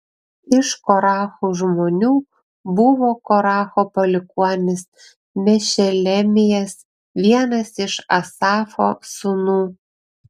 iš korachų žmonių buvo koracho palikuonis mešelemijas vienas iš asafo sūnų